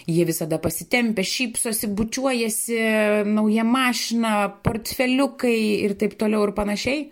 jie visada pasitempę šypsosi bučiuojasi nauja mašina portfeliukai ir taip toliau ir panašiai